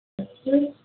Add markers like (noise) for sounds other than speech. (unintelligible)